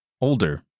Older